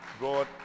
God